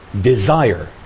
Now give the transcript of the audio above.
desire